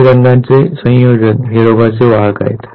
दोन्ही रंगांचे संयोजन हे रोगाचे वाहक आहेत